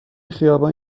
خیابان